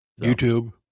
YouTube